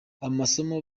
amasomo